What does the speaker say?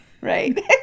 Right